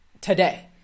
today